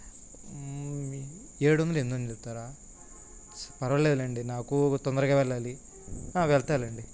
ఏడు వందలు ఎందొందలు చెప్తారా పరవాలేదు లేండి నాకూ తొందరగా వెళ్ళాలి వెళ్తాలేండి